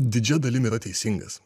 didžia dalimi yra teisingas